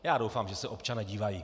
Já doufám, že se občané dívají.